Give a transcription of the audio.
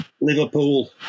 Liverpool